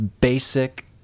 basic